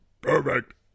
Perfect